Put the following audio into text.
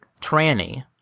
tranny